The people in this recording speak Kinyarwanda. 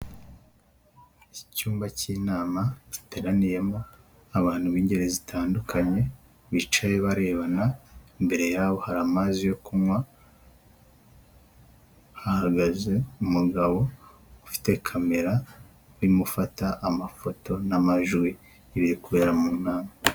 Iki cyumba cy'inama giteraniyemo abantu b'ingeri zitandukanye bicaye barebana, imbere yabo hari amazi yo kunywa, hagaze umugabo ufite kamera urimo gufata amafoto n'amajwi y'ibiri kubera mu nama.